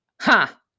Ha